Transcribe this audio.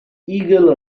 eagle